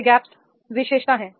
ये गैप्स विशेषता हैं